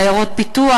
לעיירות פיתוח,